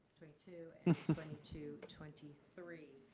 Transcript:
twenty two twenty two twenty three.